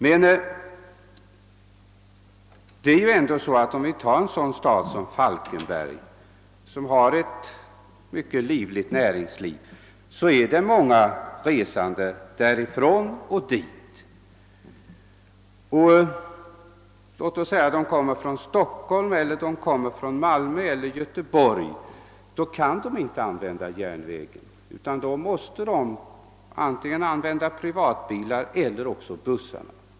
Men låt oss i alla fall som exempel ta Falkenberg, som har ett mycket livligt näringsliv. Det är många resande till och från Falkenberg. En resande från Stockholm, Göteborg eller Malmö kan inte använda järnvägen utan måste antingen åka privatbil eller resa med buss.